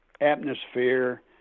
atmosphere